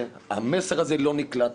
שהמסר הזה לא נקלט